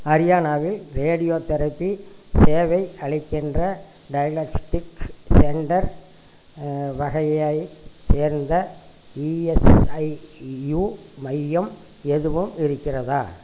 ஹரியானாவில் ரேடியோதெரபி சேவை அளிக்கின்ற டயக்னாஸ்டிக் சென்டர் வகையைச் சேர்ந்த இஎஸ்ஐயூ மையம் எதுவும் இருக்கிறதா